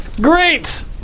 Great